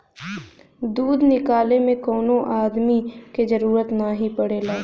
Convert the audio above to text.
दूध निकाले में कौनो अदमी क जरूरत नाही पड़ेला